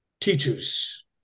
teachers